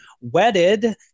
wedded